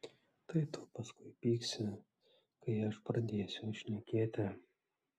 tai tu paskui pyksi kai aš pradėsiu šnekėti